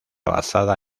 basada